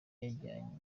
yajyanye